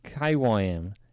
K-Y-M